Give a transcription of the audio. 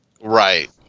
Right